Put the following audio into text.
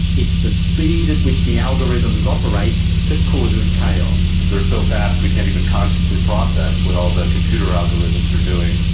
it's the speed at which the algorithms operate that causes chaos. they are so fast we can't even consciously process what all the computer algorithms are doing.